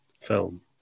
film